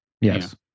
Yes